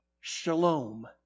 shalom